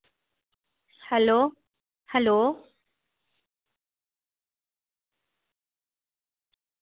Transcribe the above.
hello hello